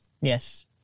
Yes